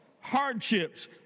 hardships